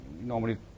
normally